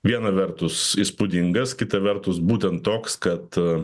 viena vertus įspūdingas kita vertus būtent toks kad